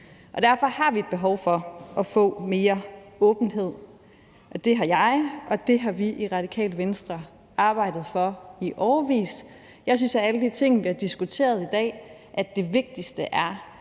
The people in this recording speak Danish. Derfor har vi et behov for at få mere åbenhed; det har jeg, og det har vi i Radikale Venstre arbejdet for i årevis. Jeg synes, at af alle de ting, vi har diskuteret i dag, er det vigtigste,